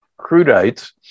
crudites